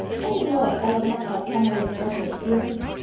doesn't he know a fellow must have some way of spressing his feelings?